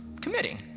committing